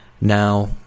Now